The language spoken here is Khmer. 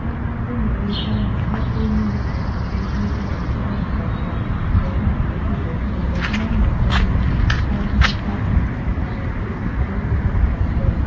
ការស្វាគមន៍រវាងស្រី និងស្រី គឺមានលក្ខណៈស្រដៀងគ្នាទៅនឹងប្រុស និងប្រុសដែរ ដោយសារជាភេទដូចគ្នា ដូច្នេះ មិនសូវមានការហាមឃាត់ក្នុងការប្រើពាក្យសម្ដី ឬ កាយវិការទេ។